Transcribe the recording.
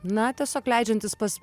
na tiesiog leidžiantis pas